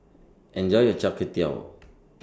Enjoy your Chai Kway Tow